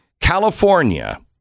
California